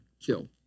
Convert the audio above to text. kill